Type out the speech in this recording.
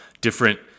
different